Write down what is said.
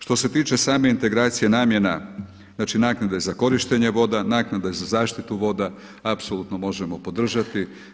Što se tiče same integracije namjena, znači naknade za korištenje voda, naknade za zaštitu voda apsolutno možemo podržati.